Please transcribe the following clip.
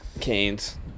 Canes